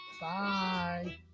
bye